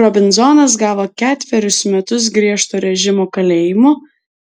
robinzonas gavo ketverius metus griežto režimo kalėjimo